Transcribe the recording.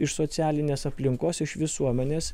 iš socialinės aplinkos iš visuomenės